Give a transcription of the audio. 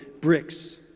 bricks